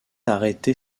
arrêter